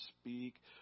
speak